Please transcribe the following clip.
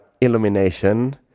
illumination